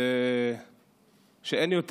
שאין יותר